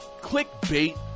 clickbait